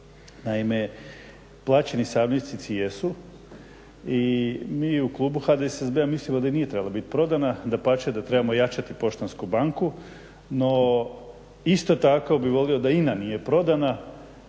Naime, plaćeni savjetnici jesu i mi u Klubu HDSSB-a mislimo da nije trebala biti prodana, dapače da trebamo jačati poštansku banku no isto tako bih volio da INA nije prodana